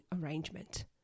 arrangement